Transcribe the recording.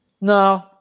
No